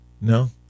No